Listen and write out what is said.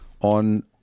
on